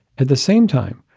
at the same time,